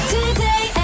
Today